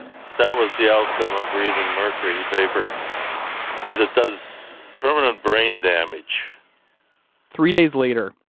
that was the outcome of breathing mercury vapor is it does permanent brain damage three days later,